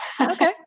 Okay